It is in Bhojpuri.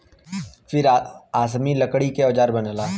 फिर आसमी लकड़ी के औजार बनला